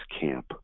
camp